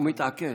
הוא מתעקש,